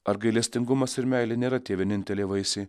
ar gailestingumas ir meilė nėra tie vieninteliai vaisiai